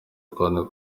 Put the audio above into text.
kwandika